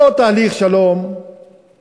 לא תהליך שלום,